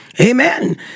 Amen